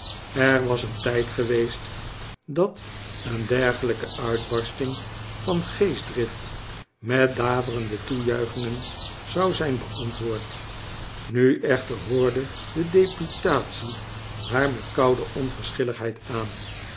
er was een tijd geweest dat een dergelijke uitbarsting van geestdrift met daverende toejuichingen zou zijn beantwoord nu echter hoorde de deputatie haar met koude onverschilligheid aan